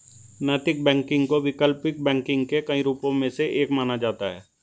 नैतिक बैंकिंग को वैकल्पिक बैंकिंग के कई रूपों में से एक माना जाता है